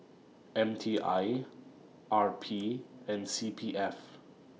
M T I R P and C P F